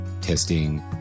testing